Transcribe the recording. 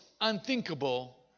unthinkable